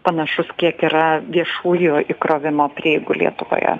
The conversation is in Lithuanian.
panašus kiek yra viešųjų įkrovimo prieigų lietuvoje